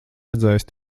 redzējusi